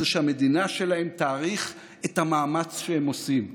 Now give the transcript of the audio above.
שהמדינה שלהם תעריך את המאמץ שהם עושים.